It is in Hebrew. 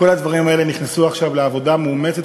כל הדברים האלה נכנסו עכשיו לעבודה מאומצת,